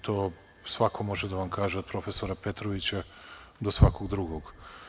To svako može da vam kaže, od profesora Petrovića, do svakog drugog.